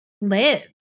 live